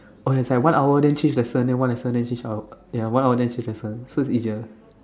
oh yeah it's like one hour then change lesson then one lesson then change hour ya one hour then change lesson so it's easier